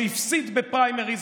שהפסיד בפריימריז,